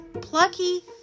Plucky